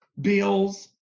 bills